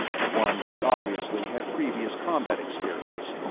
the one who'd obviously had previous combat experience.